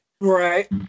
Right